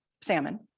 salmon